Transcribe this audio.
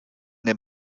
dem